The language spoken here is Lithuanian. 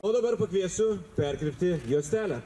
o dabar pakviesiu perkirpti juostelę